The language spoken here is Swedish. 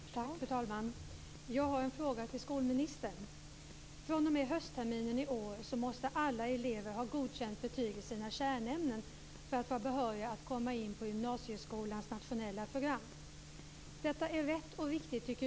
Fru talman! Jag har en fråga till skolministern. fr.o.m. höstterminen i år måste alla elever ha godkända betyg i kärnämnena för att vara behöriga att komma in på gymnasieskolans nationella program. Detta tycker jag är rätt och riktigt.